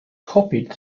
copied